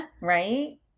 Right